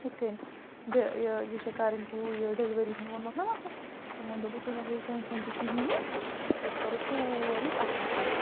یِتھ کَنۍ ڈِ یہِ یہِ چھےٚ کَرٕنۍ ہوٗ یہِ ڈٮ۪لؤری ہُنٛد ووٚنمَکھ نا وۄنۍ ہُہ یِمو دوٚپُن تُہۍ مہ ہیٚیِو ٹٮ۪نشَن تہِ کِہیٖنۍ نہٕ أسۍ کَرو سورٕے اَصٕل پٲٹھۍ